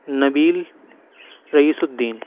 نبیل Raees الدین